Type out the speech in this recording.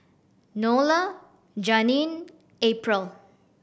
Enola Janeen April